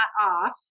off